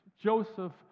Joseph